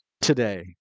today